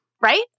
right